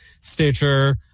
Stitcher